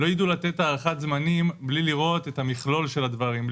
הם לא יידעו לתת הערכת זמנים בלי לראות את המכלול של הדברים,